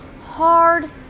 hard